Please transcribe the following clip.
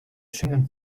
schengen